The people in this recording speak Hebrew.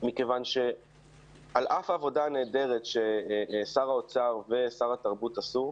מכיוון שעל אף העבודה הנהדרת ששר האוצר ושר התרבות עשו,